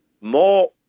more